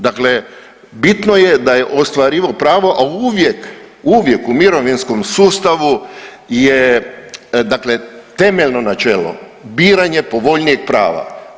Dakle, bitno je da je ostvarivao pravo, a uvijek u mirovinskom sustavu je, dakle temeljno načelo biranje povoljnijeg prava.